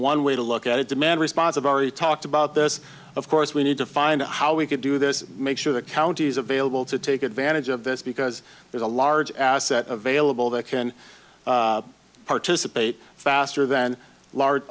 one way to look at it demand response a very talked about this of course we need to find out how we can do this make sure the counties available to take advantage of this because there's a large asset available that can participate faster than large